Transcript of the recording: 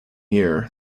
year